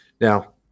Now